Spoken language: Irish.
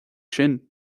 sin